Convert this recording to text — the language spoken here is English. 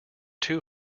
two